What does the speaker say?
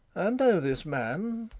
and know this man